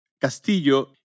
Castillo